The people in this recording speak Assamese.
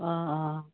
অঁ অঁ